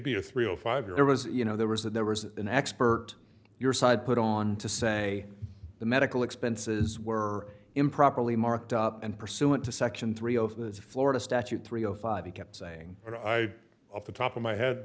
be a three o five there was you know there was that there was an expert your side put on to say the medical expenses were improperly marked up and pursuant to section three of the florida statute three o five he kept saying that i off the top of my head